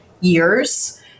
years